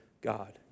God